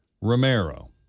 Romero